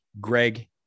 Greg